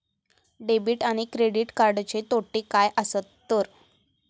Debit आणि credit कार्डचे तोटे काय आसत तर?